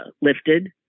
lifted